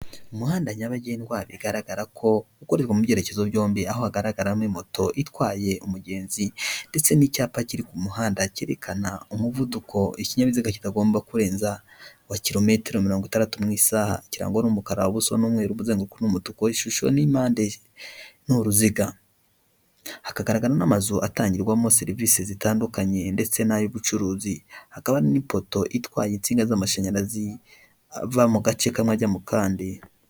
Umuhanda nyabagendwa bigaragara ko ukore mu byerekezo byombi aho hagaragaramo moto itwaye umugenzi, ndetse n'icyapa kiri ku muhanda cyerekana umuvuduko ikinyabiziga kitagomba kurenza wa kilometero mirongo itandatu mu isaha, cyangwa n'umukara wabuso niumweru umuzenguko n' umutuku, ishusho n'impande n'uruziga hagaragara n'amazu atangirwamo serivisi zitandukanye ndetse n'ay'ubucuruzi hakaba n'ipoto itwaye insinga z'amashanyarazi ava mu gace akajya mukandi.